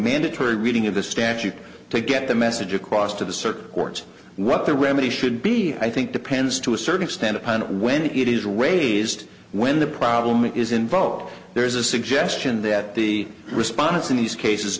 mandatory reading of the statute to get the message across to the circuit court what the remedy should be i think depends to a certain extent upon when it is raised when the problem is involved there is a suggestion that the respondents in these cases